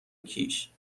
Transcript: کیش